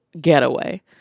getaway